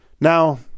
Now